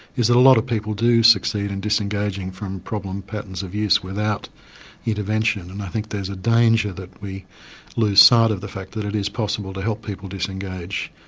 is that a lot of people do succeed in disengaging from problem patterns of use without intervention, and i think there's a danger that we lose sight of the fact that it is possible to help people disengage.